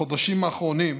החודשים האחרונים,